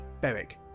Beric